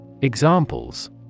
Examples